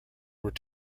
were